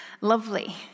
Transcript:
lovely